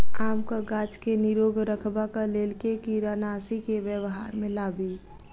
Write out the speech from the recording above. आमक गाछ केँ निरोग रखबाक लेल केँ कीड़ानासी केँ व्यवहार मे लाबी?